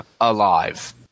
alive